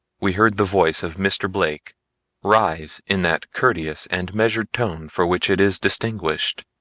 we heard the voice of mr. blake rise in that courteous and measured tone for which it is distinguished,